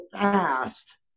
fast